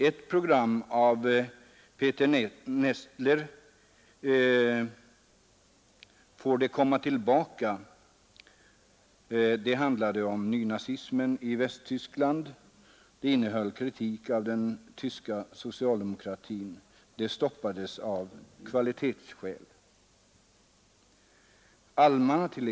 Ett program av Peter Nestler — ”Får de komma tillbaka?” — handlade om nynazismen i Västtyskland. Det innehöll kritik av den tyska socialdemokratin. Det stoppades av kvalitetsskäl.